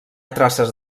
traces